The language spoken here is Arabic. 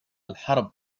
الحرب